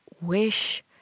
wish